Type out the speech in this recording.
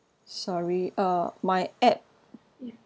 sorry uh my app